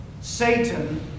Satan